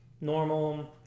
normal